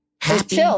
happy